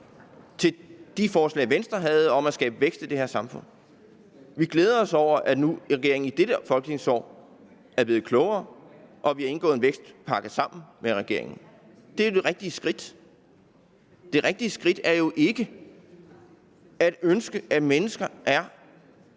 til de forslag, Venstre havde om at skabe vækst i det her samfund. Vi glæder os over, at regeringen nu i dette folketingsår er blevet klogere, og vi har indgået en aftale om en vækstpakke sammen med regeringen. Det er det rigtige skridt. Det rigtige skridt er jo ikke at ønske, at mennesker er